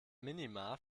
minima